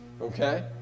okay